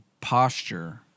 posture